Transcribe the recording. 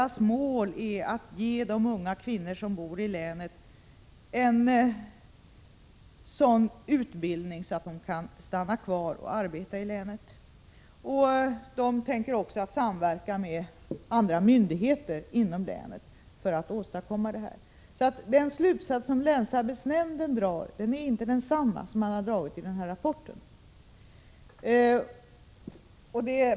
Målet är att ge de unga kvinnor som bor i länet en sådan utbildning att de kan stanna kvar och arbeta i länet. Länsarbetsnämnden avser också att samverka med andra myndigheter inom länet för att åstadkomma detta. Den slutsats som länsarbetsnämnden drar är alltså inte densamma som dras i den av Charlotte Branting citerade rapporten.